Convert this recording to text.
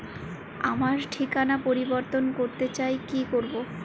আমার ঠিকানা পরিবর্তন করতে চাই কী করব?